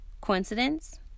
Coincidence